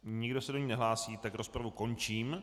Nikdo se do ní nehlásí, tak rozpravu končím.